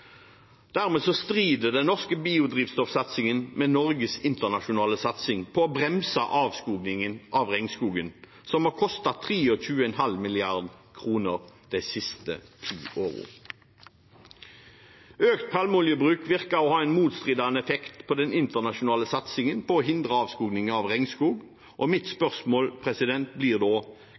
Dermed strider den norske biodrivstoffsatsingen med Norges internasjonale satsing på å bremse avskogingen av regnskogen, som har kostet 23,5 mrd. kr de siste ti årene. Økt palmeoljebruk virker å ha en motstridende effekt på den internasjonale satsingen på å hindre avskoging av regnskog, og mitt spørsmål blir da: